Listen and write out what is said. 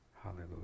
Hallelujah